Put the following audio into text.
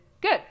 good